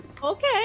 Okay